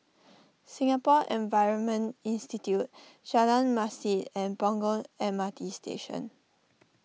Singapore Environment Institute Jalan Masjid and Punggol M R T Station